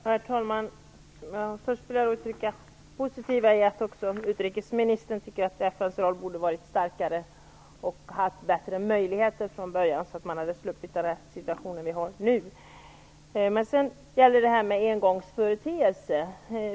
Herr talman! Först vill jag uttrycka det positiva i att också utrikesministern tycker att FN:s roll borde varit starkare och att FN borde haft bättre möjligheter från början, så att vi hade sluppit den situation vi har nu. Vi hade motionerat om detta som en engångsföreteelse.